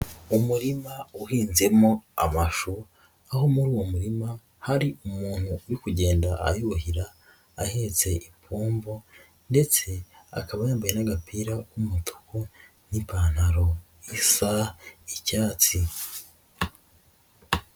Umurima uhinzemo amashu, aho muri uwo murima hari umuntu uri kugenda ayuhira, ahetse imppombo ndetse akaba yambaye n'agapira k'umutuku n'ipantaro isa icyatsi.